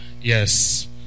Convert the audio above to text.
Yes